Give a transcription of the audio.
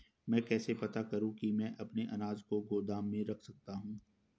मैं कैसे पता करूँ कि मैं अपने अनाज को गोदाम में रख सकता हूँ?